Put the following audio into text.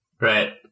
Right